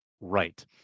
right